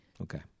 Okay